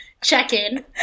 check-in